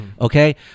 okay